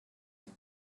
with